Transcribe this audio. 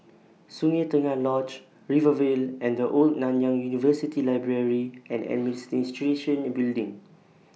Sungei Tengah Lodge Rivervale and The Old Nanyang University Library and Administration Building